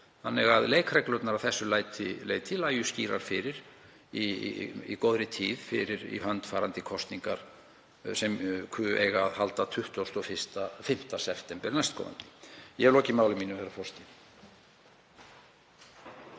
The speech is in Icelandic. þannig að leikreglurnar að þessu leyti lægju skýrar fyrir í góðri tíð fyrir í hönd farandi kosninga sem ku eiga að halda 25. september næstkomandi. Ég hef lokið máli mínu, herra forseti.